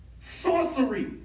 Sorcery